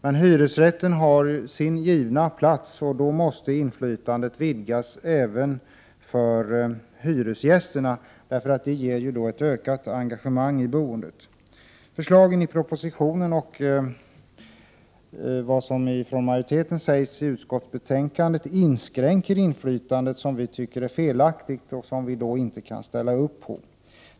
Men hyresrätten har sin givna plats, och då måste inflytandet vidgas även för hyresgästerna, för det ger ökat engagemang i boendet. Förslagen i propositionen och vad majoriteten säger i utskottsbetänkandet inskränker inflytandet på ett sätt som vi tycker är felaktigt och som vi inte kan ställa upp på.